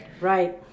Right